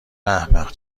احمق